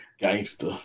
Gangster